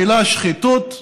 המילה "שחיתות"